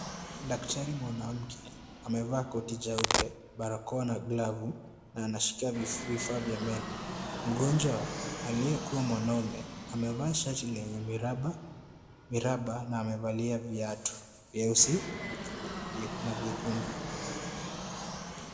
Daktari mwanamke amevaa koti jeupe, barakoa na glavu na anashika vifaa vya meno. Mgonjwa aliyekuwa mwanamme amevaa shati lenye miraba na amevalia viatu vieusi na viekundu.